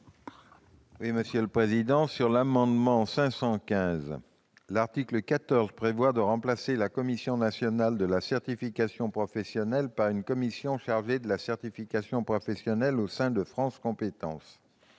? Concernant l'amendement n° 515 rectifié, l'article 14 prévoit de remplacer la Commission nationale de la certification professionnelle par une commission chargée de la certification professionnelle au sein de France compétences.